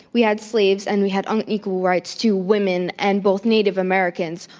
we had slaves and we had unequal rights to women and both native americans.